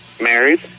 Married